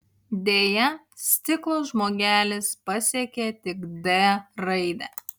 deja stiklo žmogelis pasiekė tik d raidę